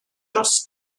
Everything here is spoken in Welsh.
dros